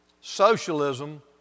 socialism